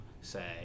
say